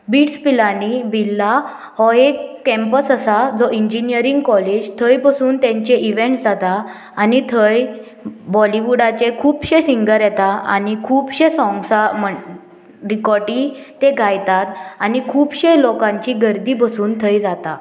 bits Pilani बिला हो एक कॅम्पस आसा जो इंजिनियरींग कॉलेज थंय बसून तेंचे इवँट जाता आनी थंय बॉलिवूडाचे खुबशे सिंगर येता आनी खुबशे सोंग्सां रिकोटी ते गायतात आनी खुबशे लोकांची गर्दी बसून थंय जाता